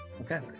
okay